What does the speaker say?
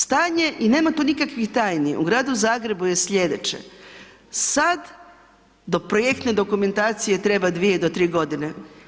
Stanje, i nema tu nikakvih tajni, u gradu Zagrebu je sljedeće, sad do projektne dokumentacije treba 2 do 3 godine.